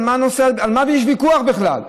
על מה יש ויכוח בכלל?